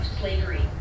slavery